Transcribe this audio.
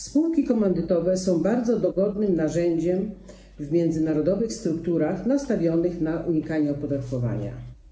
Spółki komandytowe są bardzo dogodnym narzędziem w międzynarodowych strukturach nastawionych na unikanie opodatkowania.